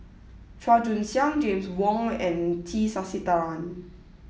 Chua Joon Siang James Wong and T Sasitharan